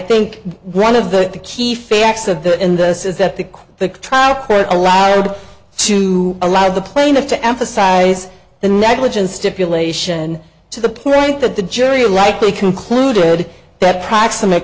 think one of the key facts of the in this is that the the trial court allowed to allow the plaintiff to emphasize the negligence stipulation to the point that the jury likely concluded that proximate